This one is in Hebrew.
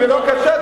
בבקשה,